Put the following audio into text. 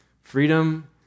Freedom